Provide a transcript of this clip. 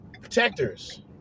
Protectors